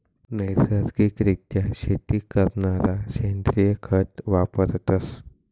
नैसर्गिक रित्या शेती करणारा सेंद्रिय खत वापरतस